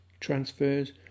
transfers